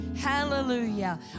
Hallelujah